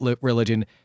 religion